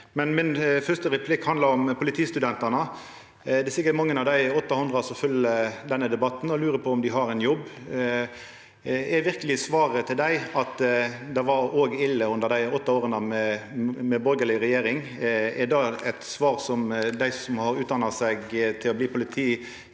Min fyrste replikk handlar om politistudentane. Det er sikkert mange av dei 800 som følgjer denne debatten og lurar på om dei vil få jobb. Er verkeleg svaret til dei at det var ille òg under dei åtte åra med borgarleg regjering? Er det eit svar som dei som har utdanna seg til å bli politi,